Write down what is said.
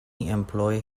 employed